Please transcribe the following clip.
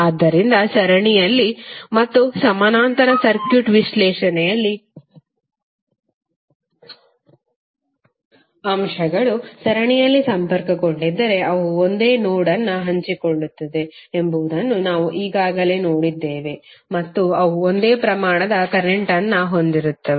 ಆದ್ದರಿಂದ ಸರಣಿಯಲ್ಲಿ ಮತ್ತು ಸಮಾನಾಂತರ ಸರ್ಕ್ಯೂಟ್ ವಿಶ್ಲೇಷಣೆಯಲ್ಲಿ ಅಂಶಗಳು ಸರಣಿಯಲ್ಲಿ ಸಂಪರ್ಕಗೊಂಡಿದ್ದರೆ ಅವು ಒಂದೇ ನೋಡ್ ಅನ್ನು ಹಂಚಿಕೊಳ್ಳುತ್ತವೆ ಎಂಬುದನ್ನು ನಾವು ಈಗಾಗಲೇ ನೋಡಿದ್ದೇವೆ ಮತ್ತು ಅವು ಒಂದೇ ಪ್ರಮಾಣದ ಕರೆಂಟ್ ಅನ್ನು ಹೊಂದಿರುತ್ತವೆ